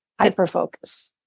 Hyper-focus